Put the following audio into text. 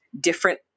different